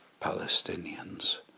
Palestinians